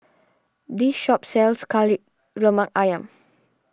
this shop sells Kari Lemak Ayam